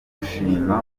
gushima